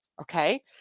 Okay